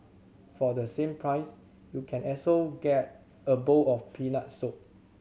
for the same price you can also get a bowl of peanut soup